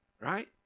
Right